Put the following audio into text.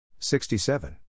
67